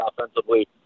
offensively